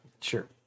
Sure